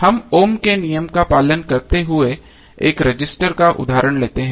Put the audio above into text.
हम ओम के नियम का पालन करते हुए एक रजिस्टर का उदाहरण लेते हैं